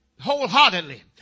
wholeheartedly